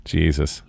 Jesus